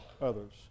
others